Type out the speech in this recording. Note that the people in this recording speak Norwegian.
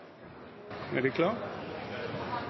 er klar